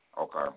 Okay